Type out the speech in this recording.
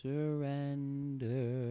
Surrender